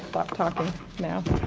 stop talking now.